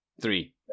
Three